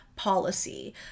policy